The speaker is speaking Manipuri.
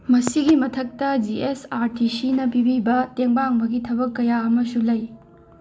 ꯃꯁꯤꯒꯤ ꯃꯊꯛꯇ ꯖꯤ ꯑꯦꯁ ꯑꯥꯔ ꯇꯤ ꯁꯤꯅ ꯄꯤꯕꯤꯕ ꯇꯦꯡꯕꯥꯡꯕꯒꯤ ꯊꯕꯛ ꯀꯌꯥ ꯑꯃꯁꯨ ꯂꯩ